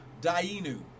dainu